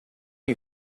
you